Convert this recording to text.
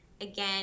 again